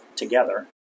Together